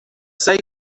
سعی